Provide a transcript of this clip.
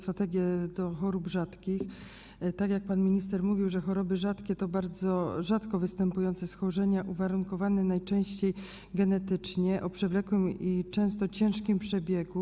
Tak jak pan minister mówił, choroby rzadkie to bardzo rzadko występujące schorzenia uwarunkowane najczęściej genetycznie, o przewlekłym i często ciężkim przebiegu.